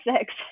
six